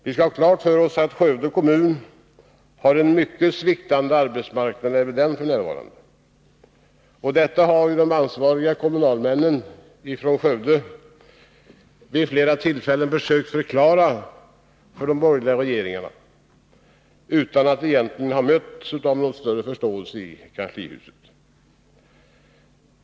Vi skall ha klart för oss att även Skövde kommun har en mycket sviktande arbetsmarknad f.n. Detta har de ansvariga kommunalmännen i Skövde vid flera tillfällen sökt förklara för de borgerliga regeringarna, utan att egentligen ha mötts av någon större förståelse i kanslihuset.